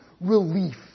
relief